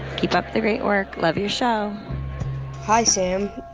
keep up the great work. love your show hi, sam.